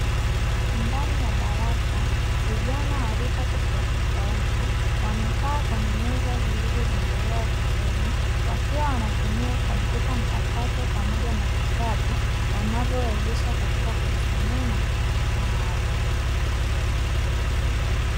Ndani ya darasa vijana wa rika tofautitofauti wamekaa kwenye meza zilizojengelewa vizuri; wakiwa wanatumia kompyuta mpakato pamoja na vitabu wanavyowezesha katika kujisomea na kujiongezea maarifa.